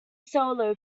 solo